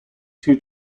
two